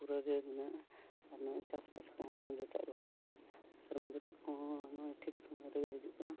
ᱯᱩᱨᱟᱹ ᱜᱮ ᱢᱮᱱᱟᱜᱼᱟ ᱟᱨ ᱱᱚᱣᱟ ᱪᱟᱥᱵᱟᱥ ᱠᱚᱦᱚᱸ ᱡᱚᱛᱚᱣᱟᱜ ᱜᱮ ᱦᱩᱭᱩᱜ ᱠᱟᱱᱟ ᱥᱮᱨᱢᱟ ᱡᱟᱹᱯᱩᱫ ᱠᱚᱦᱚᱸ ᱱᱚᱜᱼᱚᱭ ᱴᱷᱤᱠ ᱥᱚᱢᱚᱭ ᱨᱮᱜᱮ ᱦᱤᱡᱩᱜ ᱠᱟᱱᱟ